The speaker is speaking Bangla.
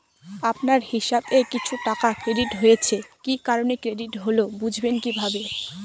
আপনার হিসাব এ কিছু টাকা ক্রেডিট হয়েছে কি কারণে ক্রেডিট হল বুঝবেন কিভাবে?